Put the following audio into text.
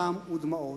דם ודמעות.